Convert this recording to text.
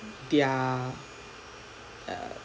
their err